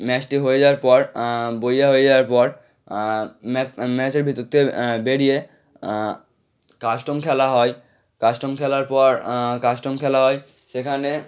ম্যাচটি হয়ে যাওয়ার পর বোঝা হয়ে যাওয়ার পর ম্যা ম্যাচের ভেতর থেকে বেরিয়ে কাস্টম খেলা হয় কাস্টম খেলার পর কাস্টম খেলা হয় সেখানে